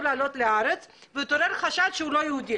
לעלות לארץ והתעורר חשד שהוא לא יהודי.